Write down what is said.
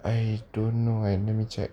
I don't know I let me check